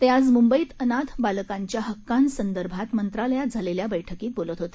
ते आज मुंबईत अनाथ बालकांच्या हक्कांसंदर्भात मंत्रालयात झालेल्या बैठकीत बोलत होते